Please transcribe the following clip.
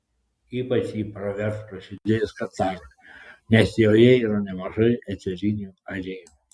ypač ji pravers prasidėjus katarui nes joje yra nemažai eterinių aliejų